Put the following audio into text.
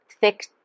thick